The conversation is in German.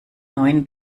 neuen